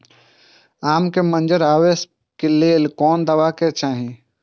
आम के मंजर आबे के लेल कोन दवा दे के चाही?